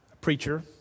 preacher